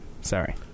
Sorry